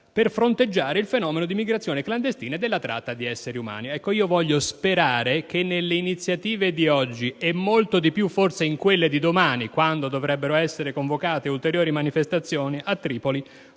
per fronteggiare il fenomeno dell'immigrazione clandestina e della tratta degli esseri umani». Voglio sperare che nelle iniziative di oggi, e molto di più, forse, in quelle di domani, quando dovrebbero essere convocate ulteriori manifestazioni, a Tripoli,